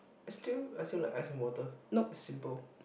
I still I still like ice and water is simple